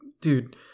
Dude